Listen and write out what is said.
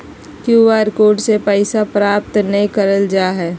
Q R code से पैसा प्राप्त नयय करल जा हइ